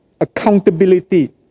accountability